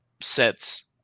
sets